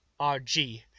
RG